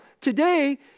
today